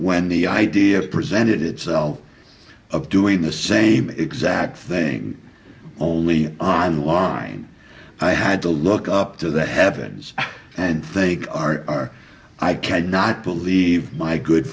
when the idea presented itself of doing the same exact thing only on larn i had to look up to the heavens and think our i cannot believe my good